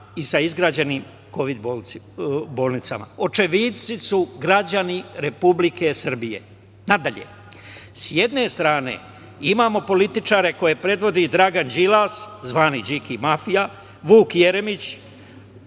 i za izgrađenim kovid bolnicama. Očevici su građani Republike Srbije. Dalje, sa jedne strane imamo političare koje predvodi Dragan Đilas, zvani Điki mafija, Vuk Jeremić,